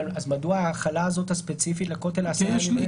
אז מדוע ההחלה הספציפית הזאת לכותל עשרה ימים?